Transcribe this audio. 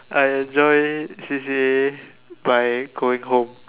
I enjoy C_C_A by going home